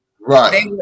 Right